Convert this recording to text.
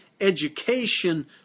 education